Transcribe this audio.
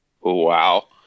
Wow